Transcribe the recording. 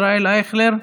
ישראל אייכלר,